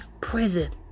prison